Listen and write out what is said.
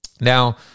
Now